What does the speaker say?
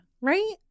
Right